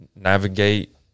navigate